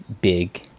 big